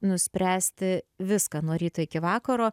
nuspręsti viską nuo ryto iki vakaro